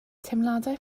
teimladau